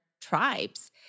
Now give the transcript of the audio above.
tribes